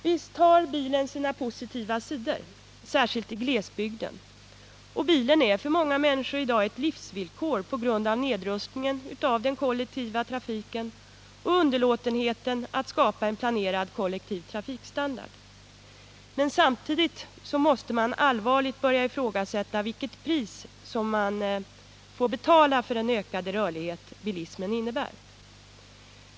Visst har bilen sina positiva sidor, särskilt i glesbygden, och den är för många människor i dag ett livsvillkor på grund av nedrustningen av den kollektiva trafiken och underlåtenheten att skapa en planerad kollektiv trafikstandard. Men samtidigt måste man allvarligt börja ifrågasätta vilket pris som får betalas för den ökade rörlighet bilismen innebär.